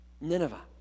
Nineveh